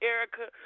Erica